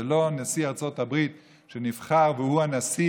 זה לא נשיא ארצות הברית שנבחר והוא הנשיא,